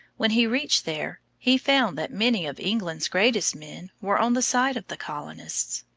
when he reached there, he found that many of england's greatest men were on the side of the colonists.